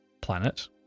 planet